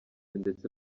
ndetse